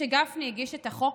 שגפני הגיש את החוק.